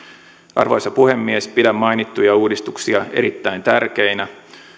arvoisa puhemies pidän mainittuja uudistuksia erittäin tärkeinä